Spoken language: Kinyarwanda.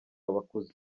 abakuze